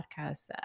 podcast